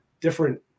different